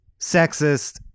sexist